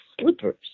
slippers